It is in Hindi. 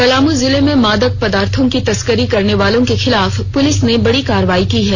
पलामू जिले में मादक पदार्थो की तस्करी करने वालों के खिलाफ पुलिस ने बड़ी कार्रवाई की है